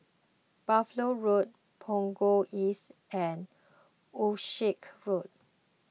Buffalo Road Punggol East and Wolskel Road